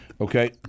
Okay